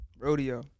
Rodeo